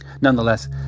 Nonetheless